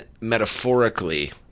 metaphorically